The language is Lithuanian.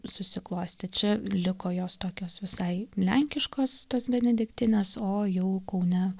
susiklostė čia liko jos tokios visai lenkiškos tos benediktinės o jau kaune